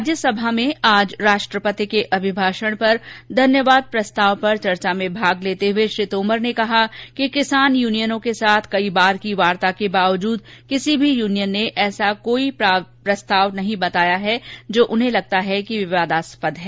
राज्यसभा में आज राष्ट्रपति के अभिभाषण पर धन्यवाद प्रस्ताव पर चर्चा में भाग लेते हुए श्री तोमर ने कहा कि किसान यूनियनों के साथ कई बार की वार्ता के बावजूद किसी भी यूनियन ने ऐसा कोई प्रावधान नहीं बताया जो उन्हें लगता है कि विवादास्पद है